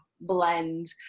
blend